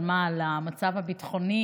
על מה, על המצב הביטחוני?